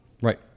Right